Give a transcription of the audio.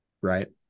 right